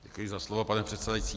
Děkuji za slovo, pane předsedající.